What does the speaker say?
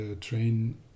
train